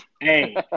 hey